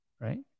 right